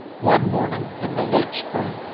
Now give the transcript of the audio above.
one morning, in the late spring,